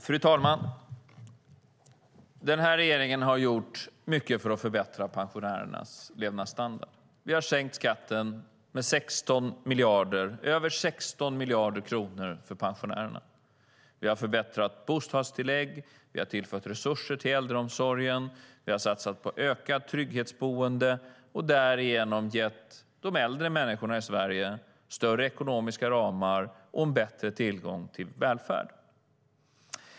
Fru talman! Denna regering har gjort mycket för att förbättra pensionärernas levnadsstandard. Vi har sänkt skatten med över 16 miljarder kronor för pensionärerna. Vi har förbättrat bostadstillägg, vi har tillfört resurser till äldreomsorgen, vi har satsat på ökat trygghetsboende och därigenom gett de äldre människorna i Sverige större ekonomiska ramar och en bättre tillgång till välfärd.